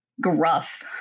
Gruff